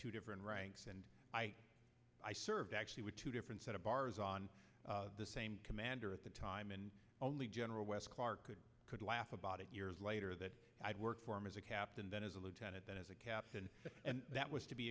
two different ranks and i served actually with two different set of bars on the same commander at the time and only general wes clark could could laugh about it years later that i'd worked for him as a captain then as a lieutenant as a captain and that was to be